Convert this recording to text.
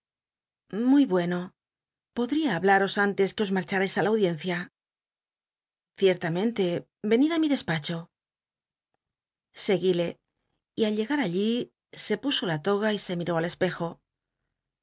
llfny bueno podría hablaros antes que os marchamis i la audiencia ciet'lamcnte y enid ti mi despacho seguí e y al llcga t allí se pu o la toga y se miró al espejo